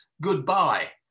Goodbye